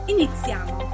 Iniziamo